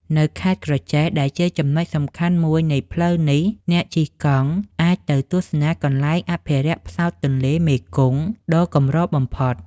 នៅខេត្តក្រចេះ ដែលជាចំណុចសំខាន់មួយនៃផ្លូវនេះ អ្នកជិះកង់អាចទៅទស្សនាកន្លែងអភិរក្សផ្សោតទន្លេមេគង្គដ៏កម្របំផុត។